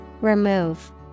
Remove